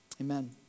Amen